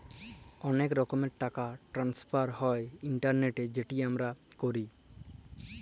অলেক রকমের টাকা টেনেসফার হ্যয় ইলটারলেটে যেট আমরা ক্যরি